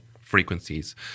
frequencies